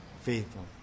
faithful